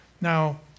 Now